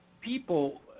people